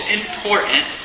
important